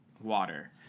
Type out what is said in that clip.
water